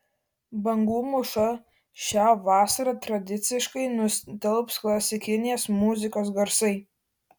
bangų mūšą šią vasarą tradiciškai nustelbs klasikinės muzikos garsai